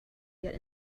get